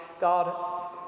God